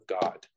God